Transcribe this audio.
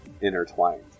intertwined